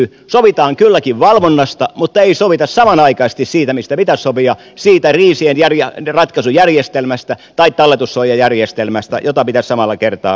sovitaan kylläkin valvonnasta mutta ei sovita samanaikaisesti siitä mistä pitäisi sopia siitä kriisien ratkaisun järjestelmästä tai talletussuojajärjestelmästä josta pitäisi samalla kertaa sopia